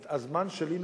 הזמן שלי נוסף.